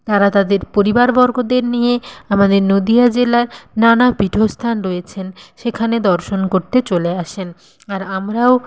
তারা তাদের পরিবারবর্গদের নিয়ে আমাদের নদীয়া জেলার নানা পীঠস্থান রয়েছেন সেখানে দর্শন করতে চলে আসেন আর আমরাও